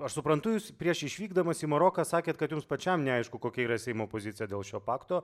aš suprantu jus prieš išvykdamas į maroką sakėte kad jums pačiam neaišku kokia yra seimo pozicija dėl šio pakto